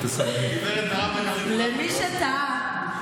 למי שתהה,